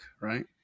right